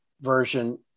version